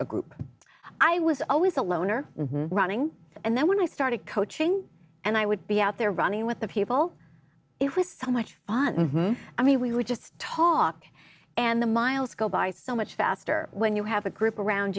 a group i was always a loner running and then when i started coaching and i would be out there running with the people it was so much fun i mean we would just talk and the miles go by so much faster when you have a group around